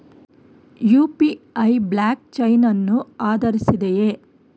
UPI block chain ಅನ್ನು ಆಧರಿಸಿದೆಯೇ?